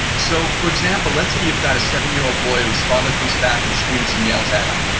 so for example, let's say you've got a seven year old boy whose father comes back and screams and yells at him.